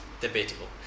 Debatable